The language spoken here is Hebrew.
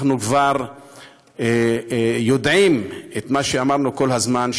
אנחנו כבר יודעים את מה שאמרנו כל הזמן,